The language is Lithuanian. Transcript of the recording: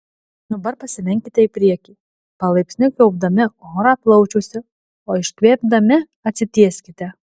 dabar pasilenkite į priekį palaipsniui kaupdami orą plaučiuose o iškvėpdami atsitieskite